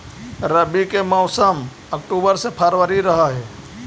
रब्बी के मौसम अक्टूबर से फ़रवरी रह हे